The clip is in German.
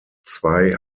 zwei